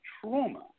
trauma